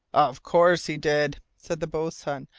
of course he did, said the boatswain,